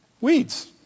weeds